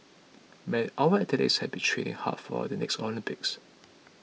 may our athletes have been training hard for the next Olympics